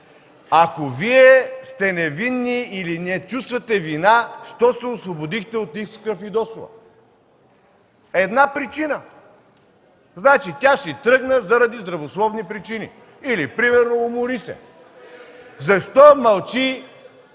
Ако Вие сте невинни или не чувствате вина, защо се освободихте от Искра Фидосова? Една причина – тя си тръгна заради здравословни причини, или, примерно, умори се. Защо мълчи